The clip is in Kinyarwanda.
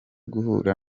guhura